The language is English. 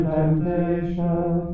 temptation